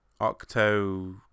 Octo